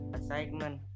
assignment